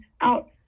out